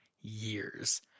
years